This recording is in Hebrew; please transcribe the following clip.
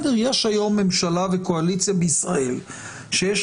יש היום ממשלה וקואליציה בישראל שיש